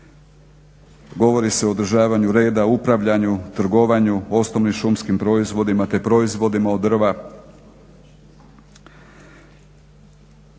Govori se o održavanju reda, upravljanju, trgovanju osnovnim šumskim proizvodima te proizvodima od drva